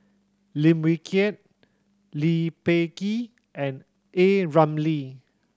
Lim Wee Kiak Lee Peh Gee and A Ramli